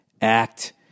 act